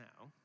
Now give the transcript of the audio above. now